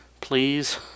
Please